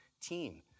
team